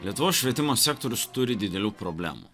lietuvos švietimo sektorius turi didelių problemų